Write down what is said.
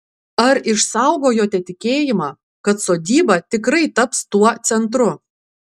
ar išsaugojote tikėjimą kad sodyba tikrai taps tuo centru